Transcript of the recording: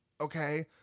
okay